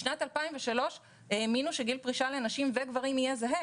בשנת 2003 האמינו שגיל פרישה לנשים וגברים יהיה זהה